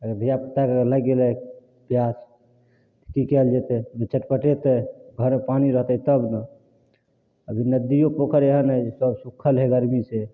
अगर धियापुता अगर लागि गेलै पिआस तऽ की कयल जेतय ओ छटपटेतै घरमे पानि रहतै तब ने अभियो नदियो पोखरि सब एहन अइ जे सब सुखल हइ गर्मीसँ